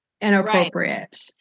inappropriate